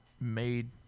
made